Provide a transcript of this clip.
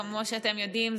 כמו שאתם יודעים,